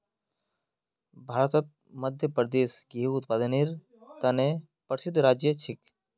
भारतत मध्य प्रदेश गेहूंर उत्पादनेर त न प्रसिद्ध राज्य छिके